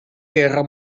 guerra